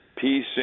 peace